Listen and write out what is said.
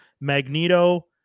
Magneto